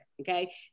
okay